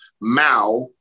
Mao